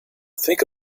think